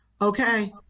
okay